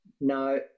no